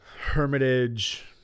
Hermitage